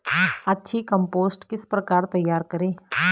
अच्छी कम्पोस्ट किस प्रकार तैयार करें?